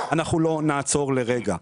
אנחנו לא נעצור לרגע.